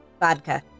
vodka